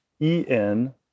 en